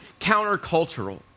countercultural